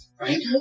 Right